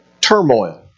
turmoil